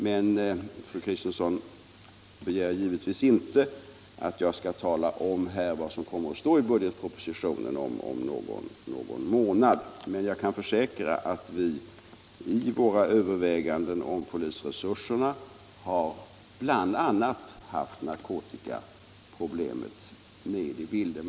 Fru Kristensson begär givetvis inte att jag skall tala om här vad som kommer att stå i budgetpropositionen om någon månad, men jag kan försäkra att vi i våra överväganden om polisresurserna bl.a. har haft narkotikaproblemet med i bilden.